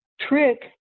trick